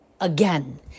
again